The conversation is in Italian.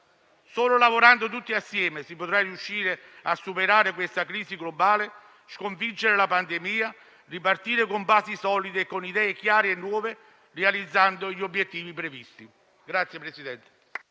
Solo lavorando tutti assieme si riuscirà a superare questa crisi globale, sconfiggere la pandemia, ripartire con basi solide e con idee chiare e nuove, realizzando gli obiettivi previsti.